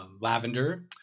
lavender